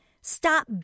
Stop